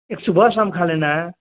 ایک صبح شام کھا لینا ہے